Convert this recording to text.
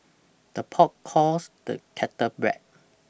the pot calls the kettle black